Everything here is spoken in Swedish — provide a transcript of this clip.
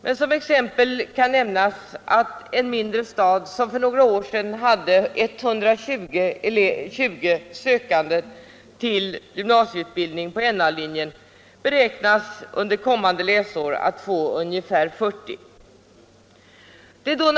Men som exempel kan nämnas att en mindre stad, som för några år sedan hade 120 sökande till gymnasieutbildning på Na-linjen, beräknas få ungefär 40 under kommande läsår.